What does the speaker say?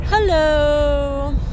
Hello